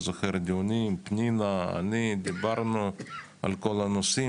היו דיונים שפנינה ואני דיברנו על הנושאים